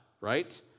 right